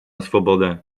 swobodę